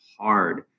hard